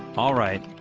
alright,